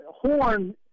Horn